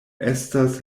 estas